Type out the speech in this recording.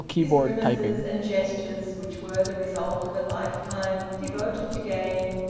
his grimaces and gestures which were the result of a lifetime devoted to gain,